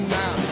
now